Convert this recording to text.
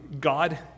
God